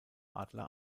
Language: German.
adler